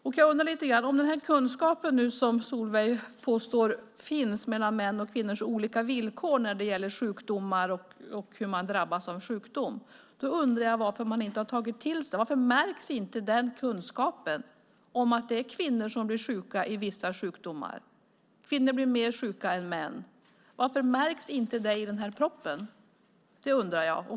Om den kunskap som Solveig Zander påstår finns om mäns och kvinnors olika villkor när det gäller sjukdomar och hur de drabbas av sjukdom, då undrar jag varför man inte har tagit till sig det. Varför märks inte den kunskapen om att det är kvinnor som drabbas av vissa sjukdomar? Kvinnor blir mer sjuka än män. Varför märks inte det i den här propositionen?